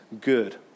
good